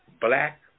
black